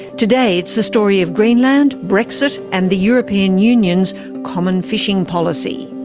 today it's the story of greenland, brexit and the european union's common fishing policy.